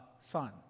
son